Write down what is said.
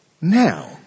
Now